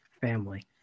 family